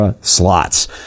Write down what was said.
Slots